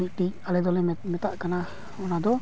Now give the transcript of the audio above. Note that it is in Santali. ᱢᱤᱫᱴᱤᱡ ᱟᱞᱮ ᱫᱚᱞᱮ ᱢᱮᱛᱟᱜ ᱠᱟᱱᱟ ᱚᱱᱟᱫᱚ